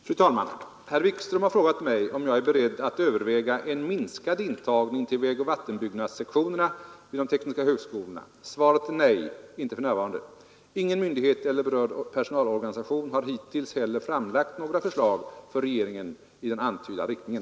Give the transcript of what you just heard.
Fru talman! Herr Wikström har frågat mig om jag är beredd att överväga en minskad intagning till vägoch vattenbyggnadssektionerna vid de tekniska högskolorna. Svaret är nej, inte för närvarande. Ingen myndighet eller berörd personalorganisation har hittills heller framlagt några förslag för regeringen i den antydda riktningen.